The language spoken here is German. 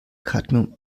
cadmium